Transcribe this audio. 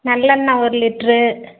நல்லெண்ணெய் ஒரு லிட்ரு